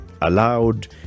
allowed